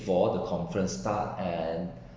before the conference start and